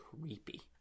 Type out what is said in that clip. Creepy